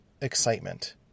excitement